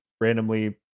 randomly